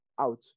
out